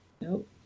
Nope